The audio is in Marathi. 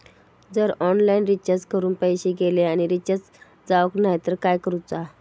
जर ऑनलाइन रिचार्ज करून पैसे गेले आणि रिचार्ज जावक नाय तर काय करूचा?